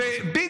בבקשה.